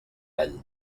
all